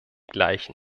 gleichen